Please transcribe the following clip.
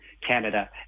Canada